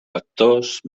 vectors